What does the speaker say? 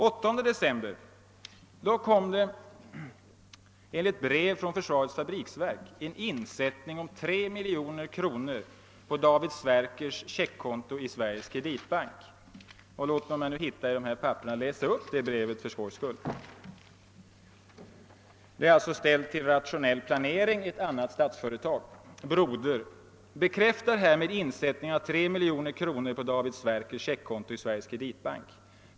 Den 8 december gjordes enligt brev från Försvarets fabriksverk en insättning om 3 miljoner kronor på David Sverkers checkkonto i Sveriges kreditbank. Låt mig läsa upp det brevet för skojs skull. Brevet är ställt till Rationell planering, ett annat statsföretag: »Broder! Bekräftar härmed insättning av tre miljoner kronor på David Sverkers checkkonto i Sveriges <kreditbank.